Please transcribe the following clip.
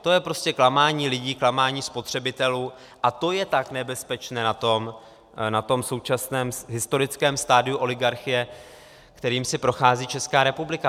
To je prostě klamání lidí, klamání spotřebitelů a to je tak nebezpečné na tom současném historickém stadiu oligarchie, kterým si prochází Česká republika.